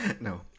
no